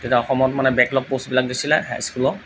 তেতিয়া অসমত মানে বেকলগ পষ্টবিলাক দিছিলে হাইস্কুলৰ